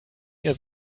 ihr